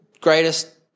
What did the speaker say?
greatest